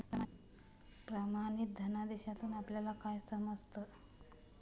प्रमाणित धनादेशातून आपल्याला काय समजतं?